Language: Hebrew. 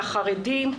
לחרדים,